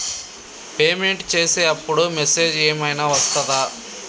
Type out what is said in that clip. Payment చేసే అప్పుడు message ఏం ఐనా వస్తదా?